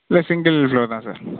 இல்லை single floor தான் sir